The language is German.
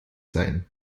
sein